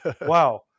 wow